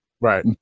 Right